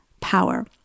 power